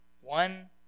One